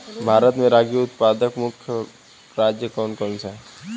भारत में रागी उत्पादक प्रमुख राज्य कौन कौन से हैं?